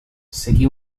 seguí